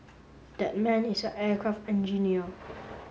that man is a aircraft engineer